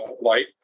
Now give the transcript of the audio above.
light